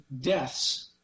deaths